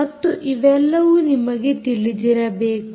ಮತ್ತು ಇವೆಲ್ಲವೂ ನಿಮಗೆ ತಿಳಿದಿರಬೇಕು